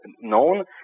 known